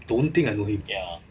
don't think I know him